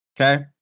Okay